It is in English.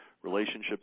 Relationships